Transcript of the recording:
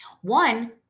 One